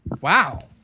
Wow